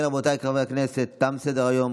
כן, רבותיי חברי הכנסת, תם סדר-היום.